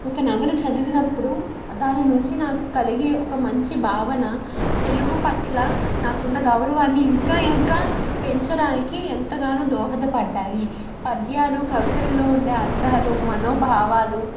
ఒక నవల చదివినప్పుడు దాని నుంచి నాకు కలిగే ఒక మంచి భావన తెలుగు పట్ల నాకున్న గౌరవాన్ని ఇంకా ఇంకా పెంచడానికి ఎంతగానో దోహదపడ్డాయి పద్యాలు కవితలలో ఉండే అర్థాలు మనోభావాలు